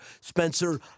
Spencer